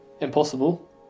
Impossible